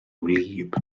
wlyb